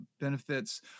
benefits